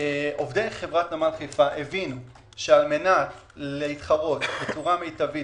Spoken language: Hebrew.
עובדי חברת נמל חיפה הבינו שעל מנת להתחרות בצורה מיטבית